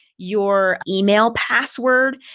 your email password,